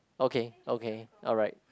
okay okay alright